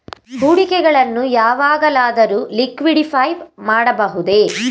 ಹೂಡಿಕೆಗಳನ್ನು ಯಾವಾಗಲಾದರೂ ಲಿಕ್ವಿಡಿಫೈ ಮಾಡಬಹುದೇ?